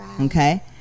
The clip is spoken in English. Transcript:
Okay